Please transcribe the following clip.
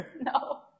No